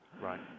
Right